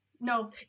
No